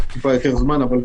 שייתכן וזה ייקח קצת יותר זמן הם